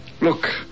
look